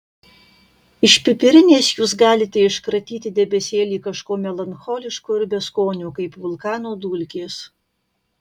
iš pipirinės jūs galite iškratyti debesėlį kažko melancholiško ir beskonio kaip vulkano dulkės